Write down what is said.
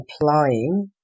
implying